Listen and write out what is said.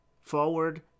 forward